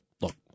look